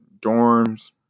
dorms